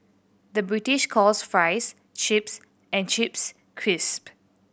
the British calls fries chips and chips crisp